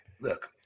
look